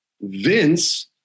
Vince